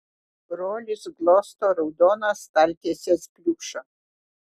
brolis glosto raudoną staltiesės pliušą